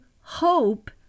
hope